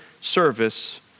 service